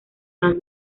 edad